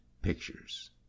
pictures